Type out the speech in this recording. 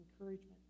encouragement